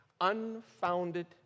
Unfounded